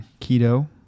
keto